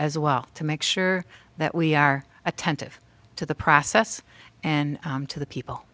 as well to make sure that we are attentive to the process and to the people